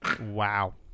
Wow